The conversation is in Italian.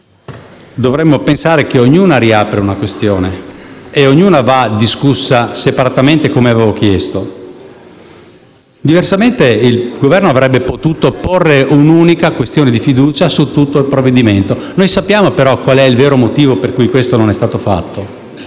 dovremmo pensare che ognuna riapra una questione e che ognuna vada discussa separatamente, come avevo chiesto. Diversamente, il Governo avrebbe potuto porre un'unica questione di fiducia su tutto il provvedimento. Noi sappiamo, però, qual è il vero motivo per cui questo non è stato fatto: